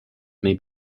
may